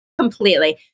Completely